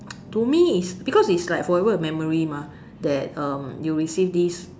to me is because it's like forever a memory that um you receive this